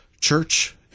church